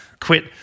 quit